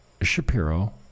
Shapiro